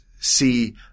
see